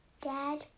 Dad